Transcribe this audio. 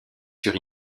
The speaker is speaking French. sur